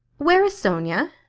where is sonia?